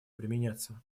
применяться